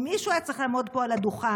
אם מישהו היה צריך לעמוד פה על הדוכן,